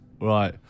Right